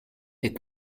est